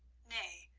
nay,